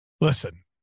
Listen